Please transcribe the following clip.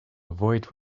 avoid